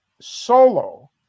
solo